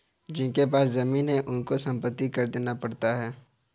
जिनके पास जमीने हैं उनको संपत्ति कर देना पड़ता है